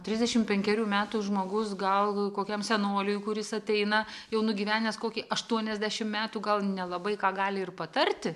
trisdešim penkerių metų žmogus gal kokiam senoliui kuris ateina jau nugyvenęs kokį aštuoniasdešim metų gal nelabai ką gali ir patarti